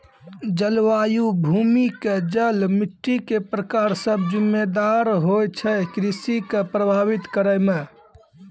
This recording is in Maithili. जलवायु, भूमि के जल, मिट्टी के प्रकार सब जिम्मेदार होय छै कृषि कॅ प्रभावित करै मॅ